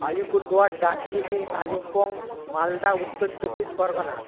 Alipurduar Darjeeling Kalimpong Malda Uttar Chabbish Pargana